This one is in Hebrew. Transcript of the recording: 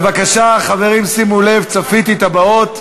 בבקשה, חברים, שימו לב, צפיתי את הבאות.